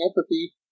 empathy